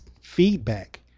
feedback